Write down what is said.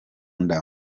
nda